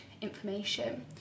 information